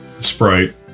Sprite